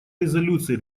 резолюции